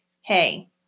Hey